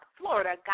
Florida